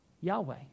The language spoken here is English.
Yahweh